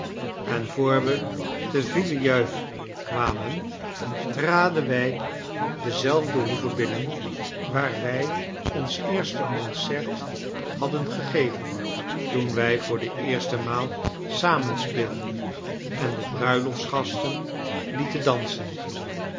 en vr wij te villejuif kwamen traden wij dezelfde hoeve binnen waar wij ons eerste concert hadden gegeven toen wij voor de eerste maal samen speelden en de bruiloftsgasten lieten dansen